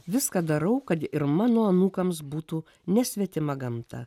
viską darau kad ir mano anūkams būtų nesvetima gamta